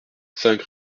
cinq